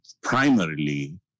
primarily